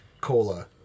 cola